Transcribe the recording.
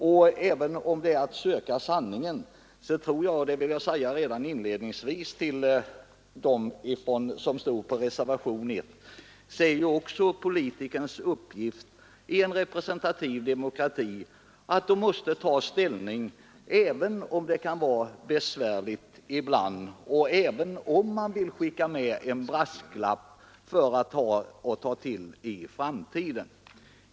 Även om politikerns uppgift är att söka sanningen, tror jag — det vill jag säga redan inledningsvis till dem som står för reservationen 1 — är det också hans uppgift i en representativ demokrati att ta ställning, även om det ibland kan vara besvärligt och om man vill skicka med en brasklapp att ta till i framtiden.